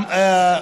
(אומר